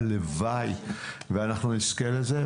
הלוואי ונזכה לזה,